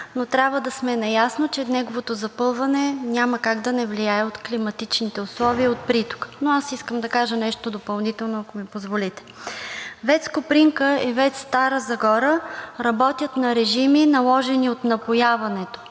но трябва да сме наясно, че неговото запълване няма как да не се влияе от климатичните условия, от притока, но аз искам да кажа нещо допълнително, ако ми позволите. ВЕЦ „Копринка“ и ВЕЦ „Стара Загора“ работят на режими, наложени от напояването,